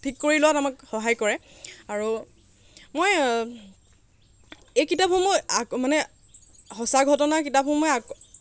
ঠিক কৰি লোৱাত আমাক সহায় কৰে আৰু মই এই কিতাপসমূহ মানে সঁচা ঘটনা কিতাপসমূহে